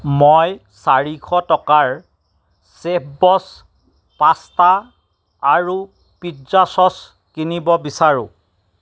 মই চাৰিশ টকাৰ চেফবছ পাস্তা আৰু পিজ্জা চচ কিনিব বিচাৰোঁ